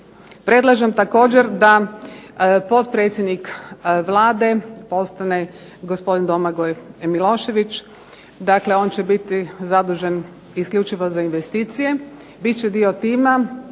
Predlažem također da potpredsjednik Vlade postane gospodin Domagoj Milošević. Dakle on će biti zadužen isključivo za investicije, bit će dio tima